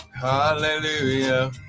hallelujah